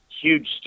huge